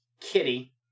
Kitty